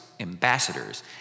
Ambassadors